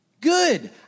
Good